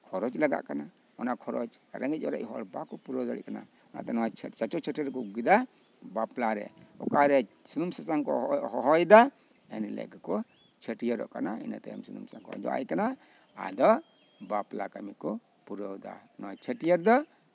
ᱠᱷᱚᱨᱚᱪ ᱞᱟᱜᱟᱜ ᱠᱟᱱᱟ ᱚᱱᱟ ᱠᱷᱚᱨᱚᱪ ᱫᱚ ᱨᱮᱸᱜᱮᱡ ᱚᱨᱮᱡ ᱦᱚᱲ ᱵᱟᱠᱚ ᱯᱩᱨᱟᱹᱣ ᱫᱟᱲᱮᱭᱟᱜ ᱠᱟᱱᱟ ᱚᱱᱟᱛᱮ ᱱᱚᱣᱟ ᱪᱟᱪᱚ ᱪᱷᱟᱹᱴᱭᱟᱹᱨ ᱠᱚ ᱟᱹᱜᱩ ᱠᱮᱫᱟ ᱵᱟᱯᱞᱟᱨᱮ ᱚᱠᱟᱨᱮ ᱥᱩᱱᱩᱢ ᱥᱟᱥᱟᱝ ᱠᱚ ᱚᱡᱚᱜ ᱦᱚᱦᱚᱭᱮᱫᱟ ᱮᱱᱦᱤᱞᱳᱜ ᱜᱮᱠᱚ ᱪᱷᱟᱹᱴᱭᱟᱹᱨᱚᱜ ᱠᱟᱱᱟ ᱤᱱᱦᱤᱞᱳᱜ ᱜᱮ ᱥᱩᱱᱩᱢ ᱥᱟᱥᱟᱝ ᱠᱚ ᱚᱡᱚᱜ ᱟᱭ ᱠᱟᱱᱟ ᱟᱫᱚ ᱵᱟᱯᱞᱟ ᱠᱟᱹᱢᱤ ᱠᱚ ᱯᱩᱨᱟᱹᱣᱫᱟ ᱱᱚᱣᱟ ᱪᱷᱟᱹᱴᱭᱟᱹᱨ ᱫᱚ